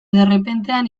derrepentean